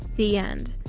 the end.